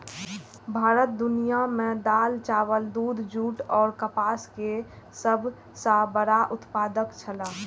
भारत दुनिया में दाल, चावल, दूध, जूट और कपास के सब सॉ बड़ा उत्पादक छला